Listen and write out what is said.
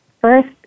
first